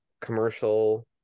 commercial